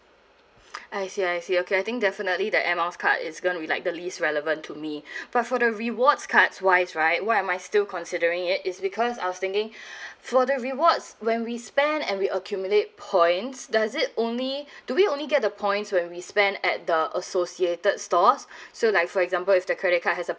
I see I see okay I think definitely the air miles card is gonna be like the least relevant to me but for the rewards cards wise right why am I still considering it is because I was thinking for the rewards when we spend and we accumulate points does it only do we only get the points when we spend at the associated stores so like for example if the credit card has a